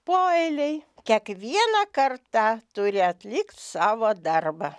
po eilėj kiekviena karta turi atlikt savo darbą